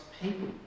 People